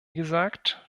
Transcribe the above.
gesagt